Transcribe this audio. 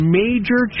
major